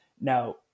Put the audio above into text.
Now